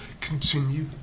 continue